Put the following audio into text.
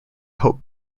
hope